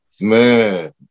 man